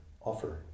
offer